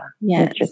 Yes